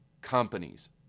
companies